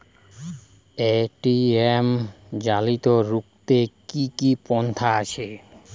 ATM জালিয়াতি রুখতে কি কি পন্থা আছে?